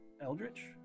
Eldritch